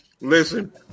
Listen